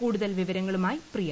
കൂടുതൽ വിവരങ്ങളുമായി പ്രിയ